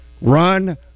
Run